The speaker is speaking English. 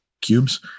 cubes